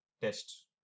test